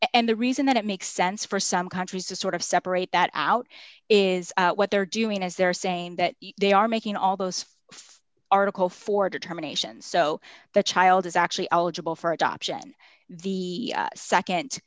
and the reason that it makes sense for some countries to sort of separate that out is what they're doing is they're saying that they are making all those four article four determinations so the child is actually eligible for adoption the